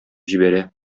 җибәрә